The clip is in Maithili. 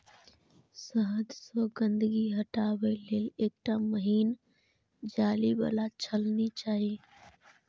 शहद सं गंदगी हटाबै लेल एकटा महीन जाली बला छलनी चाही